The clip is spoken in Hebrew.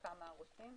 לכמה ערוצים.